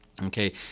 Okay